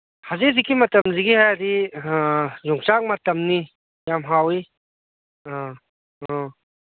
ꯍꯧꯖꯤꯛ ꯍꯧꯖꯤꯛꯀꯤ ꯃꯇꯝꯁꯤꯒꯤ ꯍꯥꯏꯔꯗꯤ ꯌꯣꯡꯆꯥꯛ ꯃꯇꯝꯅꯤ ꯌꯥꯝ ꯍꯥꯎꯋꯤ ꯑ ꯑ